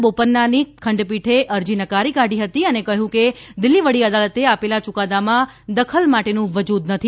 બોપન્નાની ખંડપીઠે અરજી નકારી કાઢી હતી અને કહ્યું કે દિલ્હી વડી અદાલતે આપેલા યુકાદામાં દખલ માટેનું વજુદ નથી